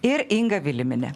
ir inga viliminė